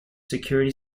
security